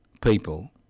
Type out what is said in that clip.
people